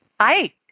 Hi